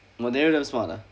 oh dariya damn smart ah